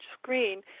screen